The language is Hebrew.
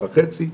שנה וחצי,